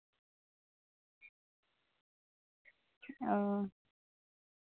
ᱚᱸᱻ